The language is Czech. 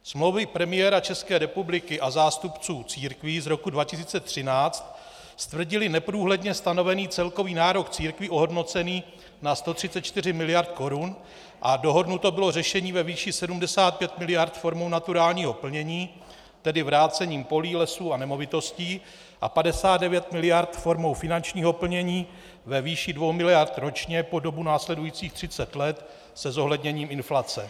Smlouvy premiéra České republiky a zástupců církví z roku 2013 stvrdily neprůhledně stanovený celkový nárok církví ohodnocený na 134 miliard korun a dohodnuto bylo řešení ve výši 75 miliard formou naturálního plnění, tedy vrácením polí, lesů a nemovitostí, a 59 miliard formou finančního plnění ve výši 2 miliard ročně po dobu následujících třiceti let se zohledněním inflace.